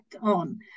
on